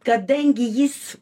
kadangi jis